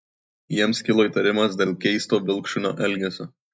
jiems kilo įtarimas dėl keisto vilkšunio elgesio